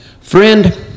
Friend